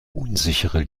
unsichere